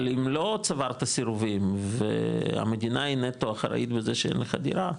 אבל אם לא צברת סירובים והמדינה היא נטו אחראית בזה שאין לך דירה,